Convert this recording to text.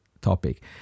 topic